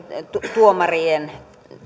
tuomarien